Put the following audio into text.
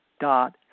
dot